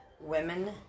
women